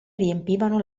riempivano